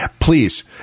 Please